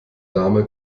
dame